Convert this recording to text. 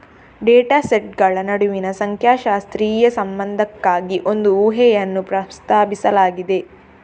data ಸೆಟ್ಗಳ ನಡುವಿನ ಸಂಖ್ಯಾಶಾಸ್ತ್ರೀಯ ಸಂಬಂಧಕ್ಕಾಗಿ ಒಂದು ಊಹೆಯನ್ನು ಪ್ರಸ್ತಾಪಿಸಲಾಗಿದೆ